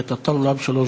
בבקשה.